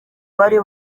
bari